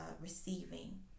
receiving